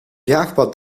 jaagpad